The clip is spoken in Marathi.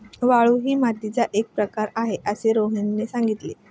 वाळू ही मातीचा एक प्रकारच आहे असे रोहितने सांगितले